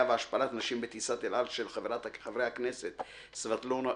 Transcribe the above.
והשפלת נשים בטיסת אל על של חה"כ קסניה סבטלובה,